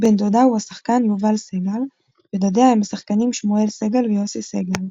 בן דודה הוא השחקן יובל סגל ודודיה הם השחקנים שמואל סגל ויוסי סגל.